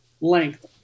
length